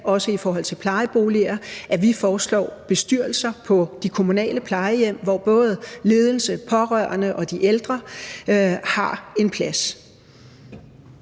også i forhold til plejeboliger, og bestyrelser på de kommunale plejehjem, hvor både ledelsen, de pårørende og de ældre har en plads.